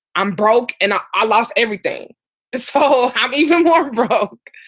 i'm broke. and i lost everything this fall. i'm even more broke.